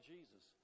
Jesus